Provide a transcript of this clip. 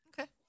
Okay